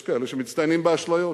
יש כאלה שמצטיינים באשליות.